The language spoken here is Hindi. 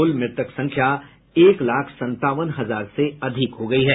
कुल मृतक संख्या एक लाख संतावन हजार से अधिक हो गई है